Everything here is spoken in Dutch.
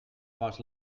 was